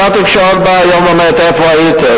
אותה תקשורת באה היום ואומרת: איפה הייתם?